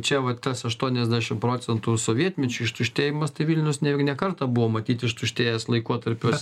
čia vat tas aštuoniasdešim procentų sovietmečiu ištuštėjimas tai vilnius ne juk ne kartą buvo matyt ištuštėjęs laikotarpiuos